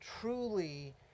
truly